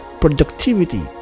productivity